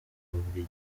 buri